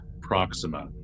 Proxima